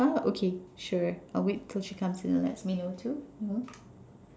ah okay sure I'll wait till she comes in and lets me know too you know